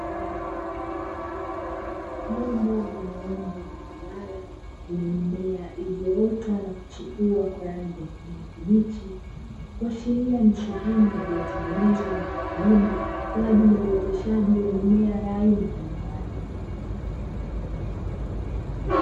Vyombo vyenye umbo la duara vyenye mimea iliyoota na kuchipua kwa rangi ya kijani kibichi, kuashiria ni sehemu iliyotengenezwa na wakulima kwa ajili ya uoteshaji wa mimea ya aina mbalimbali.